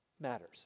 matters